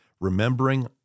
remembering